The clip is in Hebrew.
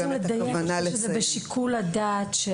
אנחנו רוצים לדייק שזה בשיקול הדעת של